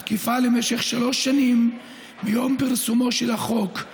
התקפה למשך שלוש שנים מיום פרסומו של החוק,